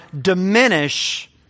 diminish